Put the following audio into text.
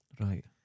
Right